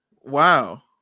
Wow